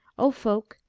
o folk,